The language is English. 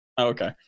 okay